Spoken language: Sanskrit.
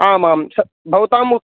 आम् आम् स भवताम्